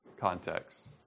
context